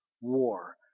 war